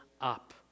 up